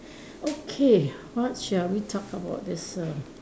okay what shall we talk about this err